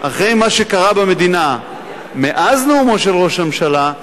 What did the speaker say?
אחרי מה שקרה במדינה מאז נאומו של ראש הממשלה,